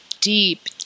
deep